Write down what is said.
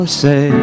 say